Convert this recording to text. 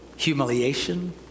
Humiliation